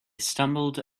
stumbled